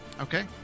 Okay